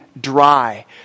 dry